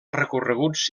recorreguts